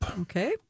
Okay